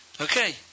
okay